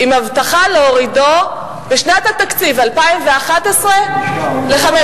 עם הבטחה להורידו בשנת התקציב 2011 ל-15%.